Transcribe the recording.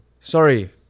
Sorry